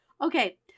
Okay